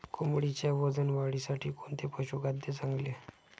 कोंबडीच्या वजन वाढीसाठी कोणते पशुखाद्य चांगले?